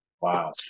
Wow